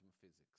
physics